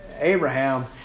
Abraham